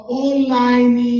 online